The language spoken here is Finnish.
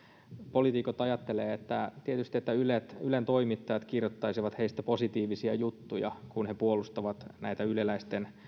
poliitikot ajattelevat tietysti että ylen toimittajat kirjoittaisivat heistä positiivisia juttuja kun he puolustavat näitä yleläisten